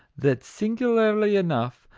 that, singularly enough,